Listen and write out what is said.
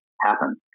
happen